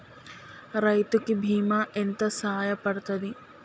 రైతు కి బీమా ఎంత సాయపడ్తది?